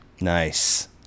Nice